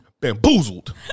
bamboozled